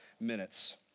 minutes